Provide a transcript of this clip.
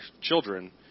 children